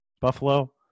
Buffalo